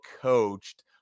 coached